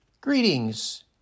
Greetings